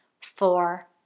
four